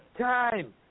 time